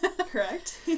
Correct